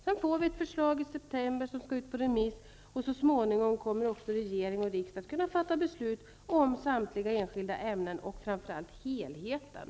Sedan får vi ett förslag i september som skall ut på remiss, och så småningom kommer regering och riksdag att kunna fatta beslut om samtliga enskilda ämnen och framför allt om helheten.